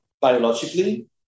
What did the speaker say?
biologically